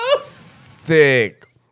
Thick